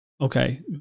okay